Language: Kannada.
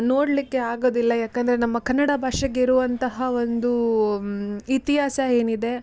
ನೋಡಲಿಕ್ಕೆ ಆಗೋದಿಲ್ಲ ಯಾಕಂದರೆ ನಮ್ಮ ಕನ್ನಡ ಭಾಷೆಗಿರುವಂತಹ ಒಂದು ಇತಿಹಾಸ ಏನಿದೆ